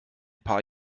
paar